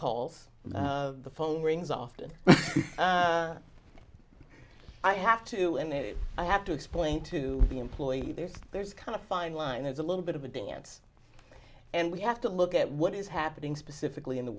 calls the phone rings often i have to and i have to explain to the employee there's there's kind of a fine line there's a little bit of a dance and we have to look at what is happening specifically in the